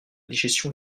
digestion